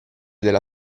della